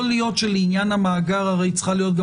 יכול להיות שלעניין המאגר צריכה להיות גם